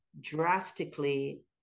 drastically